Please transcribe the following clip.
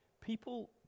People